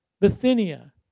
Bithynia